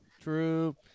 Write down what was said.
True